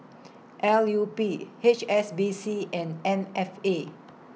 L U P H S B C and M F A